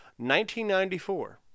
1994